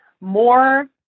more